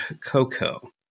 cocoa